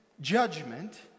judgment